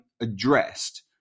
addressed